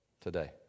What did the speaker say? today